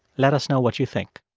let us know what you think